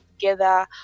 together